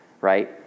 right